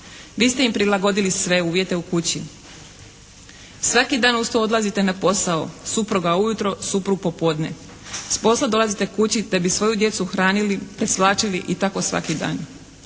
Vi ste im prilagodili sve uvjete u kući. Svaki dan uz to odlazite na posao, supruga ujutro, suprug popodne. S posla dolazite kući da bi svoju djecu hranili, presvlačili i tako svaki dan.